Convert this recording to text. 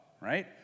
right